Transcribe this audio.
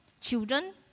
children